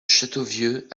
châteauvieux